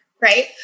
right